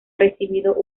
recibido